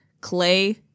Clay